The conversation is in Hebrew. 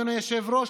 אדוני היושב-ראש,